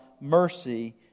mercy